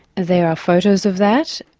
there are photos of that,